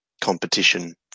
competition